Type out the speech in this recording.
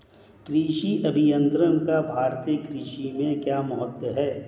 कृषि अभियंत्रण का भारतीय कृषि में क्या महत्व है?